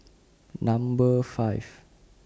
Number five